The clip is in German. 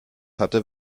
hatte